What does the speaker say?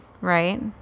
right